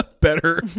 better